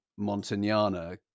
montagnana